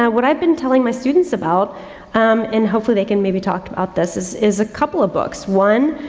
yeah what i've been telling my students about and hopefully they can maybe talk about this is, is a couple of books. one,